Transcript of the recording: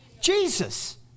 Jesus